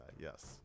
Yes